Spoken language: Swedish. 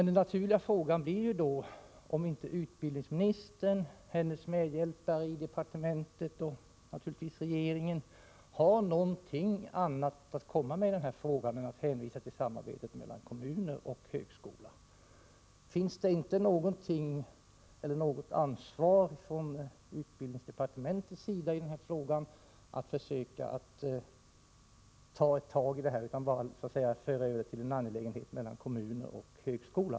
Den naturliga frågan i detta sammanhang blir om inte utbildningsministern, hennes medhjälpare i departementet och naturligtvis regeringen, har någonting annat att komma med i den här frågan än att hänvisa till samarbetet mellan kommuner och högskola. Har inte utbildningsdepartementet något ansvar när det gäller att ta tag i den här frågan, och inte bara göra det till en fråga mellan kommuner och högskola?